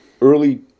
early